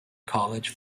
college